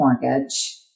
mortgage